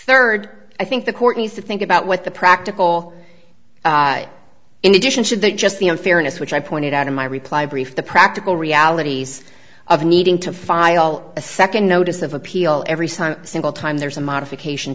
third i think the court needs to think about what the practical in addition should be just the unfairness which i pointed out in my reply brief the practical realities of needing to file a second notice of appeal every single time there's a modification